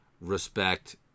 respect